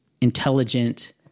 intelligent